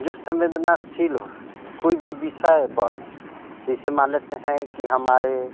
जो संवेदनाशील हो कोई भी विषय पर जैसे मान लेते हैं कि हमारे